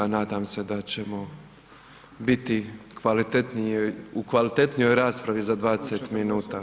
Nadam se da ćemo biti kvalitetnije, u kvalitetnijoj raspravi za 20 minuta.